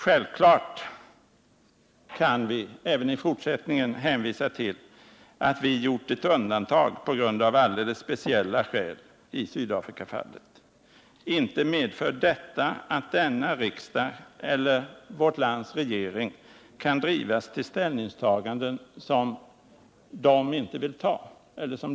Självfallet kan vi även i fortsättningen hänvisa till att vi i Sydafrikafallet gjorde ett undantag på grund av alldeles speciella skäl. Inte medför detta att denna riksdag eller vårt lands regering kan drivas till ställningstaganden som man inte vill göra.